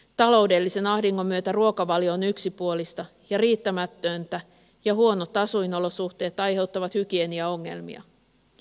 taloudellisen ahdingon myötä ruokavalio on yksipuolista ja riittämätöntä ja huonot asuinolosuhteet aiheuttavat hygieniaongelmia